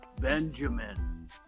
Benjamin